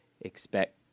expect